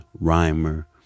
Rhymer